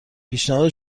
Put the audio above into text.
پیشنهاد